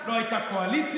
לא הייתה קואליציה,